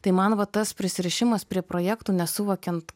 tai man va tas prisirišimas prie projektų nesuvokiant